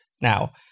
now